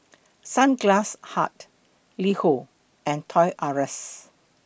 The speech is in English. Sunglass Hut LiHo and Toys R S